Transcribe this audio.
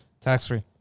Tax-free